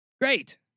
Great